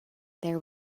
there